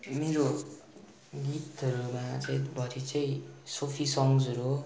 मेरो गीतहरूमा चाहिँ भरि चाहिँ सुफी सङ्ग्सहरू हो